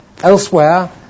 Elsewhere